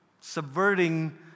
Subverting